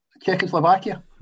Czechoslovakia